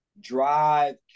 Drive